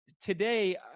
today